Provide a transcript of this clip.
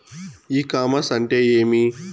ఇ commerce అంటే ఏమి?